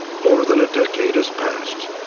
more than a decade has passed.